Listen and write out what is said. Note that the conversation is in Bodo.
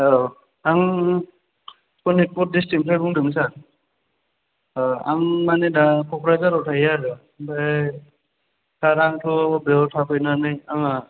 औ आं सनितपुर डिसट्रिकनिफ्राय बुंदोंमोन सार आं माने दा क'क्राझाराव थायो आरो ओमफाय सार आंथ' बेयाव थाफैनानै आंहा